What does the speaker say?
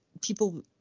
people